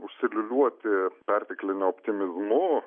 užsiliūliuoti pertekliniu optimizmu